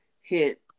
hit